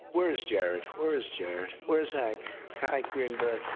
where is jared? where is jared? where's hank? hank greenberg?